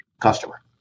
customer